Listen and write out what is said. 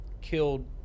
killed